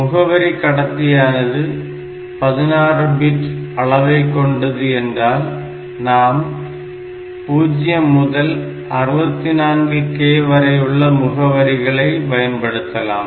முகவரி கடத்தியானது 16 பிட் அளவைக் கொண்டது என்றால் நாம் 0 முதல் 64 K வரையுள்ள முகவரிகளை பயன்படுத்தலாம்